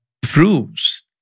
proves